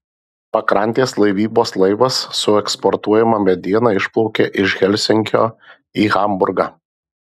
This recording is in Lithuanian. pakrantės laivybos laivas su eksportuojama mediena išplaukia iš helsinkio į hamburgą